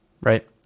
Right